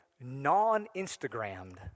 non-Instagrammed